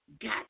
got